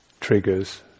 triggers